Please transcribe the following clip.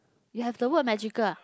you have the word magical ah